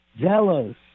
jealous